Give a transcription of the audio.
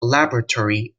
laboratory